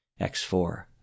X4